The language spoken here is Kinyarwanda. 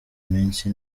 iminsi